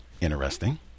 Interesting